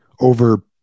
over